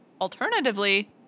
alternatively